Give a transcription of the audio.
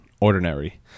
ordinary